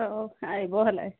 ହଉ ଆସିବ ହେଲେ